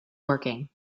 working